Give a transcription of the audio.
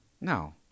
No